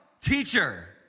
Teacher